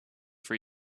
for